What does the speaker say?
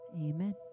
Amen